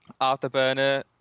afterburner